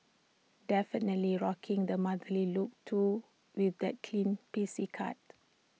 definitely rocking the motherly look too with that clean pixie cut